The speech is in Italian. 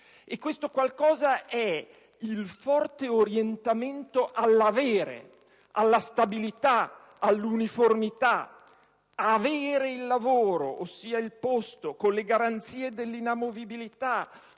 e questo qualcosa «è il forte orientamento all'avere, alla stabilità, all'uniformità. Avere il lavoro, ossia il posto, con le garanzie della inamovibilità,